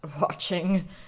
watching